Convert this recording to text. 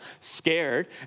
scared